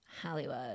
Hollywood